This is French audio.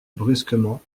brusquement